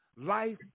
Life